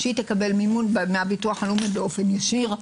שתקבל מימון מהביטוח הלאומי באופן ישיר.